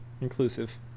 inclusive